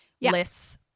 lists